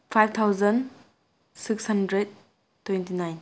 five thousand six hundred twenty nine